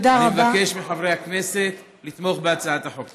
אני מבקש מחברי הכנסת לתמוך בהצעת החוק.